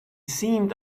seemed